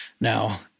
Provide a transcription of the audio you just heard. now